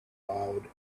loud